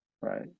right